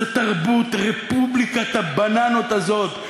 זה תרבות רפובליקת הבננות הזאת,